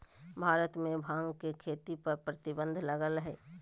भारत में भांग के खेती पर प्रतिबंध लगल हइ